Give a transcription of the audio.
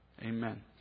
Amen